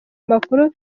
makuru